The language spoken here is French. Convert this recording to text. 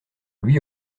lui